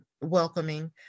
welcoming